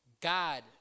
God